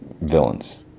villains